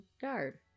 Guard